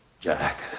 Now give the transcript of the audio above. Jack